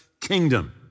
kingdom